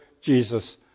Jesus